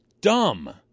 dumb